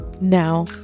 now